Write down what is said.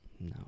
No